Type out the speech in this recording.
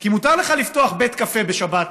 כי מותר לך לפתוח בית קפה בשבת